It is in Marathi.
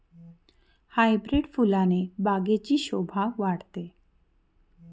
हायब्रीड फुलाने बागेची शोभा वाढते